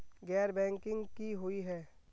गैर बैंकिंग की हुई है?